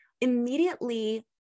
immediately